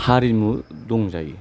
हारिमु दं